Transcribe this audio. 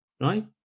right